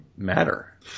matter